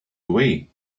away